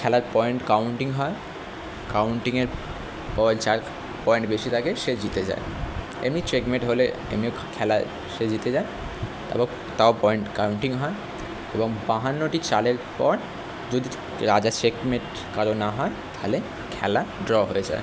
খেলার point counting হয় কাউন্টিংয়ের পর যার পয়েন্ট বেশি থাকে সে জিতে যায় এমনি চেকমেট হলে এমনিও খ্ খেলা সে জিতে যায় তাও পয়েন্ট কাউন্টিং হয় এবং বাহান্নটি চালের পর যদি রাজা চেকমেট কারও না হয় তাহলে খেলা ড্র হয়ে যায়